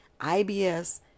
IBS